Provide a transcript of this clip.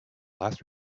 last